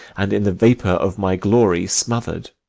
and in the vapour of my glory smother'd.